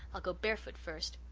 i'll go barefoot first.